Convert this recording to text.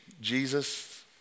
Jesus